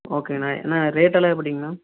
ஓகேங்கண்ணா அண்ணா ரேட்டெல்லாம் எப்படிங்கண்ணா